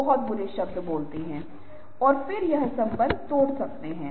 बाल्टी में बड़ी चट्टानों को रखो क्या यह भरा हुआ है